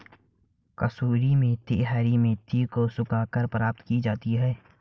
कसूरी मेथी हरी मेथी को सुखाकर प्राप्त की जाती है